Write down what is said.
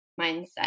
mindset